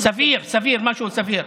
סביר, סביר, משהו סביר.